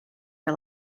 for